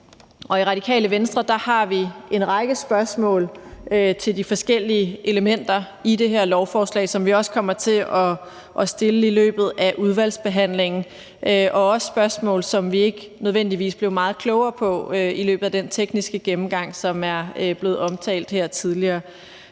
i Radikale Venstre har vi en række spørgsmål til de forskellige elementer i det her lovforslag, som vi også kommer til at stille i løbet af udvalgsbehandlingen – også spørgsmål, som vi ikke nødvendigvis blev meget klogere på i løbet af den tekniske gennemgang, som er blevet omtalt her tidligere.